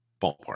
ballpark